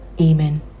Amen